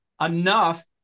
enough